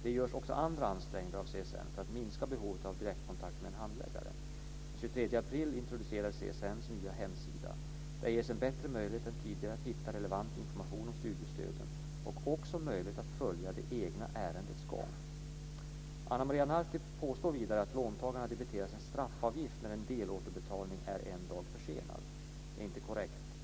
Det görs också andra ansträngningar av CSN för att minska behovet av direktkontakt med en handläggare. Den 23 april introducerades CSN:s nya hemsida. Där ges en bättre möjlighet än tidigare att hitta relevant information om studiestöden och också möjlighet att följa det egna ärendets gång. Ana Maria Narti påstår vidare att låntagarna debiteras en straffavgift när en delåterbetalning är en dag försenad. Det är inte korrekt.